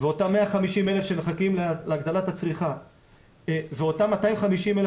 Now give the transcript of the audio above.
ואותם 150,000 שמחכים להגדלת הצריכה ואותם 250,000